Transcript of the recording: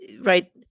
Right